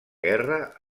guerra